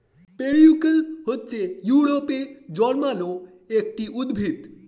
periwinkle হচ্ছে ইউরোপে জন্মানো একটি উদ্ভিদ